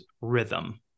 rhythm